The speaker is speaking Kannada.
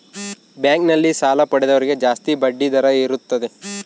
ಬ್ಯಾಂಕ್ ನಲ್ಲಿ ಸಾಲ ಪಡೆದವರಿಗೆ ಜಾಸ್ತಿ ಬಡ್ಡಿ ದರ ಇರುತ್ತದೆ